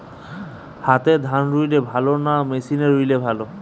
হাতে ধান রুইলে ভালো না মেশিনে রুইলে ভালো?